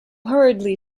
hurriedly